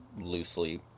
loosely